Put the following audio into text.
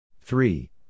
Three